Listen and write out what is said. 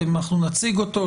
אנחנו נציג אותו,